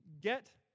Get